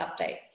updates